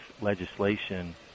legislation